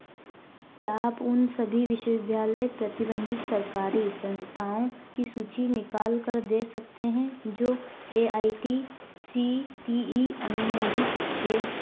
क्या आप उन सभी विश्वविद्यालय प्रबंधित सरकारी संस्थाओं की सूची निकाल कर दे सकते हैं जो A I T C T E अनुमोदित है